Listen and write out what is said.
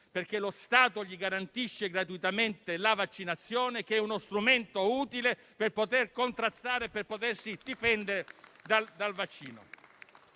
perché lo Stato gli garantisce gratuitamente la vaccinazione, che è uno strumento utile per poter contrastare e per potersi